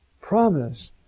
promise